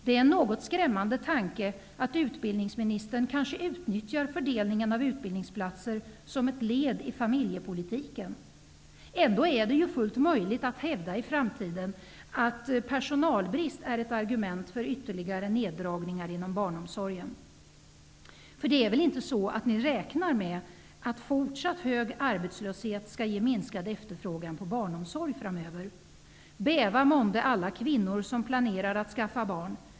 Det är en något skrämmande tanke att utbildningsministern kanske utnyttjar fördelningen av utbildningsplatser som ett led i familjepolitiken. Ändå är det ju fullt möjligt att i framtiden hävda personalbrist som ett argument för ytterligare neddragningar inom barnomsorgen. Ni räknar väl inte med att en fortsatt hög arbetslöshet skall ge minskad efterfrågan på barnomsorg framöver. Bäva månde alla kvinnor som planerar att skaffa barn!